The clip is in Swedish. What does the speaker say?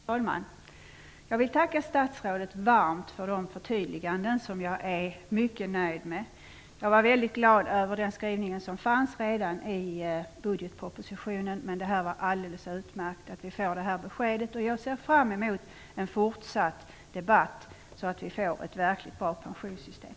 Fru talman! Jag vill varmt tacka statsrådet för detta förtydligande. Jag är mycket nöjd med det. Jag var mycket glad redan över skrivningen i budgetpropositionen, men det är alldeles utmärkt att vi nu har fått detta besked. Jag ser fram mot en fortsatt debatt, så att vi får ett verkligt bra pensionssystem.